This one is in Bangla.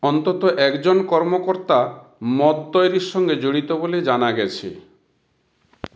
অন্তত একজন কর্মকর্তা মদ তৈরির সঙ্গে জড়িত বোলে জানা গেছে